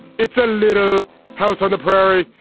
it's a little house on the prairie.